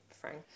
frank